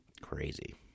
crazy